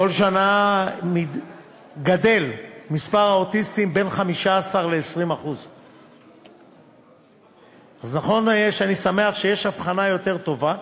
בכל שנה גדל מספר האוטיסטים ב-15% 20%. אז נכון שאני שמח שיש אבחנה יותר טובה,